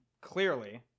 Clearly